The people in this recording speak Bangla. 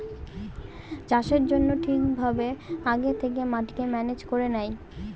চাষের জন্য ঠিক ভাবে আগে থেকে মাটিকে ম্যানেজ করে নেয়